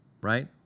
right